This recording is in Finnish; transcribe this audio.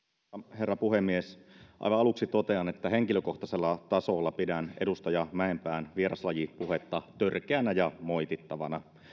herra puhemies aivan aluksi totean että henkilökohtaisella tasolla pidän edustaja mäenpään vieraslaji puhetta törkeänä ja moitittavana